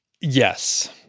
Yes